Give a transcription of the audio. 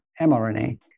mRNA